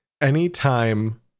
anytime